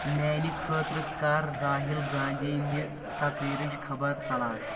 میٲنِہ خٲطرٕ کر راہل گاندھی نہِ تقریٖرٕچ خبر تلاش